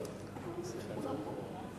בכל המגזרים.